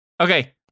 okay